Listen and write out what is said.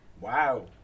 Wow